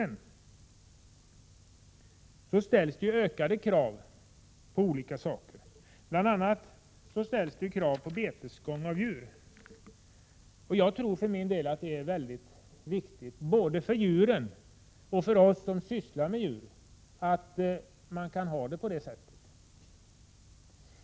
Ökade krav ställs på djurhållningen, bl.a. krav på betesgång av djur. Jag tror för min del att det är mycket viktigt både för djuren och för oss som arbetar med djur.